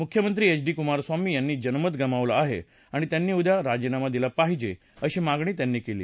मुख्यमंत्री H D Kumaraswamy यांनी जनमत गमावलं आहे आणि त्यांनी उद्या राजीनामा दिला पाहिजे अशी मागणी त्यांनी केली